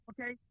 okay